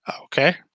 Okay